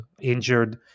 injured